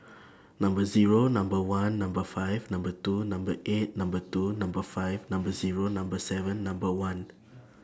Number Zero Number one Number five Number two Number eight Number two Number five Number Zero Number seven Number one